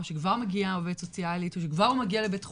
או כשכבר מגיעה העובדת הסוציאלית או כשכבר הוא מגיע לבית חולים.